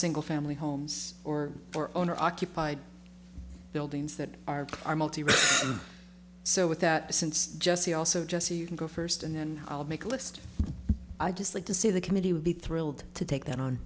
single family homes or for owner occupied buildings that are our multi so with that since jesse also jesse you can go first and then i'll make a list i dislike to say the committee would be thrilled to take that on